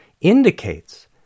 indicates